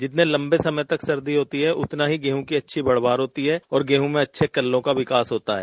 जितने लंबे समय तक सर्दी होती है उतना ही गेहूं की अच्छी पैदावार होती है और गेहूं में अच्छे कल्लों का विकास होता है